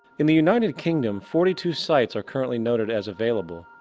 in the united kingdom forty two sites are currently noted as available,